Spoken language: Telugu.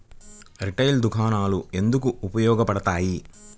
రిటైల్ దుకాణాలు ఎందుకు ఉపయోగ పడతాయి?